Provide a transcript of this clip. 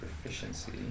Proficiency